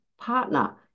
Partner